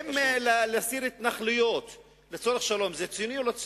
האם להסיר התנחלויות לצורך שלום זה ציוני או לא ציוני?